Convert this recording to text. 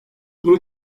bunu